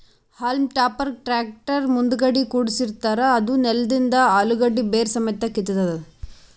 haulm ಟಾಪರ್ಗ್ tractor ಮುಂದಗಡಿ ಕುಡ್ಸಿರತಾರ್ ಅದೂ ನೆಲದಂದ್ ಅಲುಗಡ್ಡಿ ಬೇರ್ ಸಮೇತ್ ಕಿತ್ತತದ್